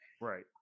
Right